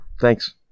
thanks